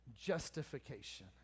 justification